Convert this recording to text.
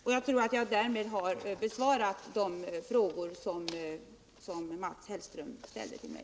Jag tror att jag därmed har besvarat de frågor som Mats Hellström ställt till mig.